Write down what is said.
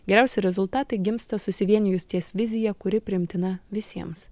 geriausi rezultatai gimsta susivienijus ties vizija kuri priimtina visiems